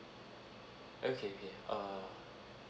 okay okay err